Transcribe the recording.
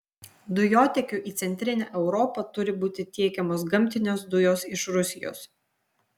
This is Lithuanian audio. dujotiekiu į centrinę europą turi būti tiekiamos gamtinės dujos iš rusijos